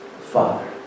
father